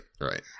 right